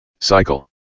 cycle